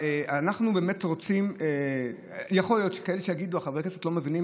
יכול להיות שיגידו שחברי הכנסת לא מבינים